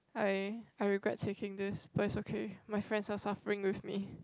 I I regret taking this but it's okay my friends are suffering with me